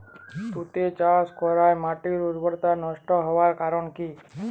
তুতে চাষ করাই মাটির উর্বরতা নষ্ট হওয়ার কারণ কি?